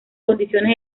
condiciones